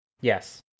Yes